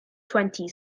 twenty